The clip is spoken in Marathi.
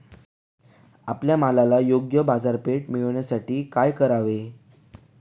आपल्या मालाला योग्य बाजारपेठ मिळण्यासाठी काय करावे?